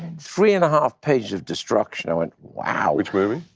three and a half pages of destruction. i went, wow. which movie?